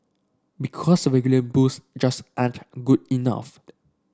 because regular booze just ain't good enough